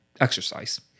exercise